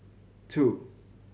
two